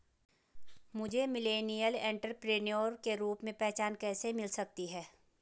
मुझे millennial entrepreneur के रूप में पहचान कैसे मिल सकती है?